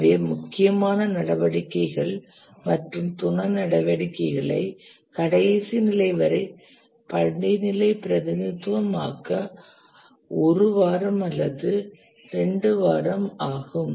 எனவே முக்கியமான நடவடிக்கைகள் மற்றும் துணை நடவடிக்கைகளை கடைசி நிலை வரை படிநிலை பிரதிநிதித்துவம் ஆக்க ஒரு வாரம் அல்லது 2 வாரம் ஆகும்